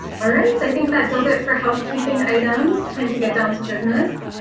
all right, so i think that does it for housekeeping items. time to get down to business.